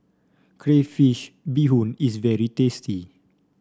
Crayfish Beehoon is very tasty